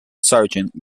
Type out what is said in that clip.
sergeant